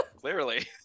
Clearly